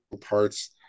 parts